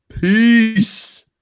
Peace